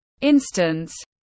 instance